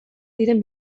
diren